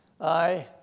aye